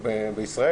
בישראל.